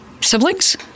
siblings